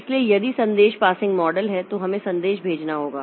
इसलिए यदि संदेश पासिंग मॉडल है तो हमें संदेश भेजना होगा